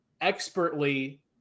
expertly